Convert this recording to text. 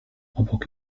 obok